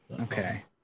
Okay